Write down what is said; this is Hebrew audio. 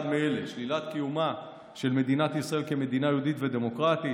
מאלה: שלילת קיומה של מדינת ישראל כמדינה יהודית ודמוקרטית,